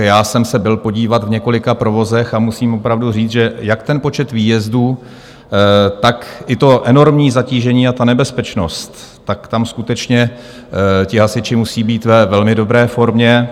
Já jsem se byl podívat v několika provozech a musím opravdu říct, že jak počet výjezdů, tak i enormní zatížení a nebezpečnost, tam skutečně hasiči musí být ve velmi dobré formě.